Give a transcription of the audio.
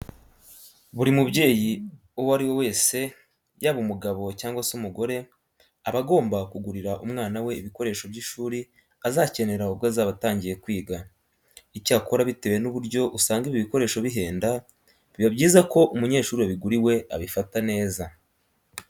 Buri mubyeyi uwo ari we wese yaba umugabo cyangwa se umugore aba agomba kugurira umwana we ibikoresho by'ishuri azakenera ubwo azaba atangiye kwiga. Icyakora bitewe n'uburyo usanga ibi bikoresho bihenda, biba byiza ko umunyeshuri wabiguriwe abifata neza.